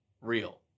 real